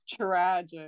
tragic